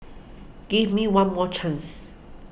give me one more chance